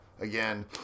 again